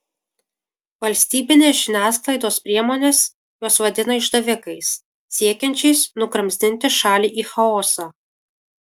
valstybinės žiniasklaidos priemonės juos vadina išdavikais siekiančiais nugramzdinti šalį į chaosą